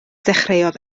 dechreuodd